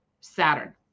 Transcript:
Saturn